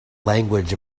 language